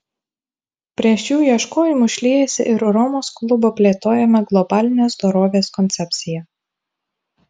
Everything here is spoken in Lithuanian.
prie šių ieškojimų šliejasi ir romos klubo plėtojama globalinės dorovės koncepcija